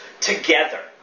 together